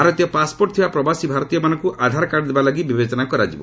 ଭାରତୀୟ ପାସ୍ପୋର୍ଟ ଥିବା ପ୍ରବାସୀ ଭାରତୀୟମାନଙ୍କୁ ଆଧାର କାର୍ଡ଼ ଦେବାଲାଗି ବିବେଚନା କରାଯିବ